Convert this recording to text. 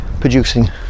producing